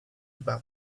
about